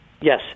Yes